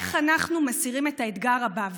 איך אנחנו מסירים את האתגר הבא.